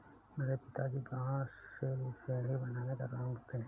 मेरे पिताजी बांस से सीढ़ी बनाने का काम करते हैं